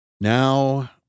Now